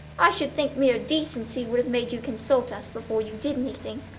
i should think mere decency would have made you consult us before you did anything.